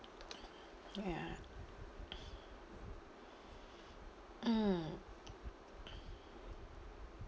ya mm